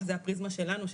זו הפריזמה שלנו,